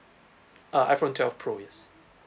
uh iphone twelve pro yes